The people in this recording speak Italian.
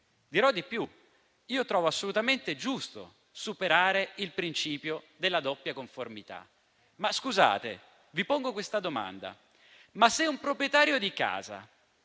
Dirò di più: io trovo assolutamente giusto superare il principio della doppia conformità, ma vi pongo la seguente domanda. Se un proprietario di casa